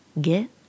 get